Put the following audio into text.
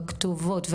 בכתובות.